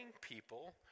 people